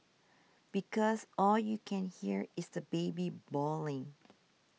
because all you can hear is the baby bawling